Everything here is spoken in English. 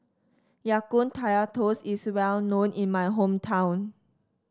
Ya Kun Kaya Toast is well known in my hometown